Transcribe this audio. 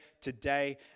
today